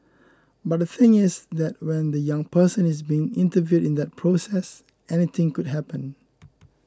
but the thing is that when the young person is being interviewed in that process anything could happen